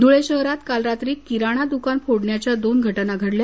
धुळे शहरात काल रात्री किराणा दुकान फोडण्याच्या दोन घटना घडल्या